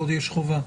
פה יש חובה.